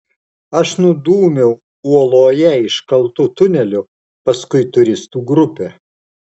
aš nudūmiau uoloje iškaltu tuneliu paskui turistų grupę